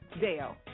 Dale